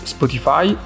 Spotify